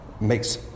makes